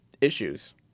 issues